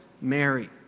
Mary